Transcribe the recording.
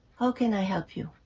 how can i help you?